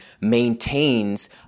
maintains